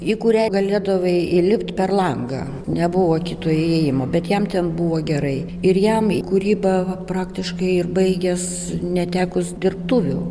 į kurią galėdavai įlipt per langą nebuvo kito įėjimo bet jam ten buvo gerai ir jam į kūrybą praktiškai ir baigęs netekus dirbtuvių